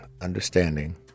understanding